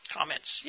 Comments